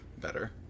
better